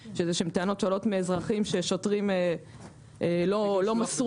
מכירים איזה שהן טענות שעולות מאזרחים ששוטרים לא מסרו